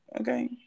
Okay